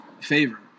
favor